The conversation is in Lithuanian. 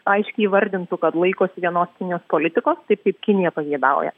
aiškiai įvardintų kad laikosi vienos kinijos politikos taip kaip kinija pageidauja